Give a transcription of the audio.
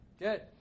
Good